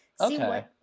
Okay